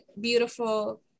beautiful